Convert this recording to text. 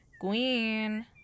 Queen